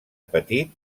petit